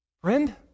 Friend